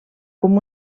com